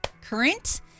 current